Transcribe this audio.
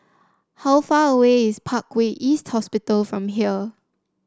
how far away is Parkway East Hospital from here